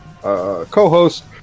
co-host